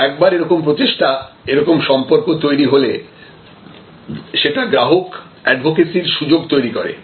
কিন্তু একবার এরকম প্রচেষ্টা এরকম সম্পর্ক তৈরি হলে সেটা গ্রাহক অ্যাডভোকেসির সুযোগ তৈরি করে